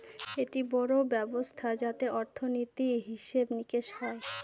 একটি বড়ো ব্যবস্থা যাতে অর্থনীতি, হিসেব নিকেশ হয়